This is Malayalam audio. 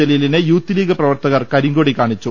ജലീലിനെ യൂത്ത് ലീഗ് പ്രവർത്തകർ കരിങ്കൊടി കാണിച്ചു